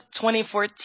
2014